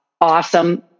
Awesome